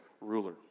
ruler